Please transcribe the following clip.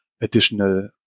additional